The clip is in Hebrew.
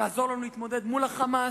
תעזור לנו להתמודד מול ה"חמאס",